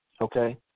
okay